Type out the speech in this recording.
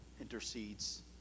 intercedes